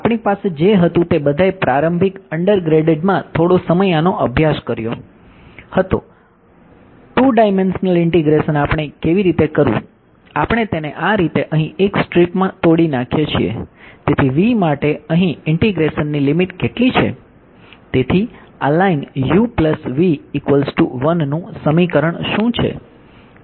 આપણી પાસે જે હતું તે બધાએ પ્રારંભિક અંડરગ્રેડડમાં થોડો સમય આનો અભ્યાસ કર્યો હતો 2 ડાઈમેંશનલ ઇન્ટિગ્રેશન આપણે કેવી રીતે કરવું આપણે તેને આ રીતે અહીં એક સ્ટ્રીપ ને ઇન્ટીગ્રલ તરીકે લખી શકું તો